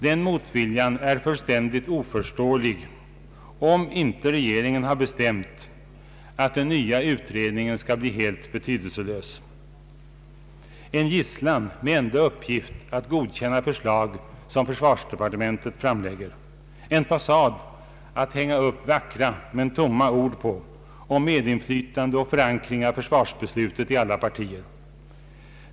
Den motviljan är fullständigt oförståelig om inte regeringen har bestämt, att den nya utredningen skall bli helt betydelselös — en gisslan med enda uppgift att godkänna förslag som framlägges av försvarsdepartementet, en fasad att hänga upp vackra men tomma ord på, om medinflytande och förankring av försvarsbeslutet i alla partier.